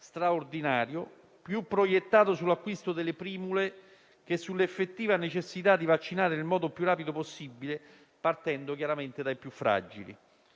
straordinario, più proiettato sull'acquisto delle primule che sull'effettiva necessità di vaccinare nel modo più rapido possibile, partendo chiaramente dai più fragili.